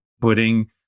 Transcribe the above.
putting